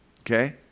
okay